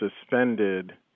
suspended